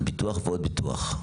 ביטוח ועוד ביטוח,